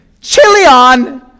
Chilion